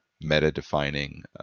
meta-defining